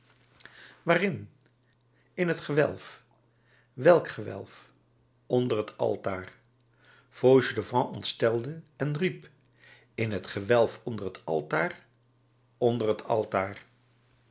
waarin in het gewelf welk gewelf onder het altaar fauchelevent ontstelde en riep in het gewelf onder het altaar onder het altaar